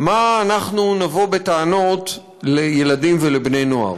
מדוע אנחנו נבוא בטענות לילדים ולבני-נוער?